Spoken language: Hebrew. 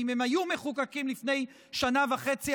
ואם הם היו מחוקקים לפני שנה וחצי,